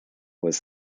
was